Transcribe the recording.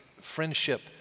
friendship